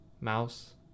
Mouse